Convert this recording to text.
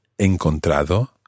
encontrado